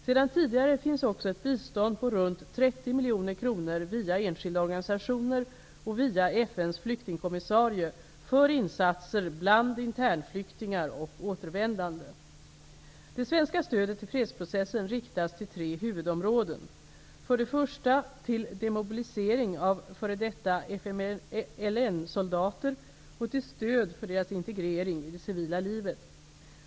Sedan tidigare finns också ett bistånd på runt 30 miljoner kronor via enskilda organisationer och via FN:s flyktingkommissarie för insatser bland internflyktingar och återvändande. Det svenska stödet till fredsprocessen riktas till tre huvudområden. För det första till demobilisering av f.d. FMLN-soldater och till stöd för deras integrering i det civila livet.